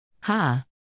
Ha